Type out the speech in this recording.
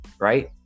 right